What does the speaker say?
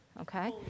okay